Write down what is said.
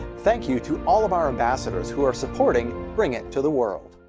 thank you to all of our ambassadors who are supporting bring it to the world.